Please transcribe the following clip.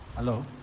Hello